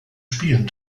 spielen